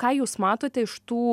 ką jūs matote iš tų